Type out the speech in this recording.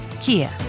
Kia